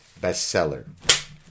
bestseller